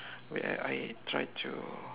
wait I I try to